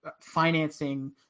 financing